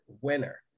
winner